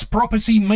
Property